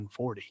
140